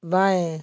बाएँ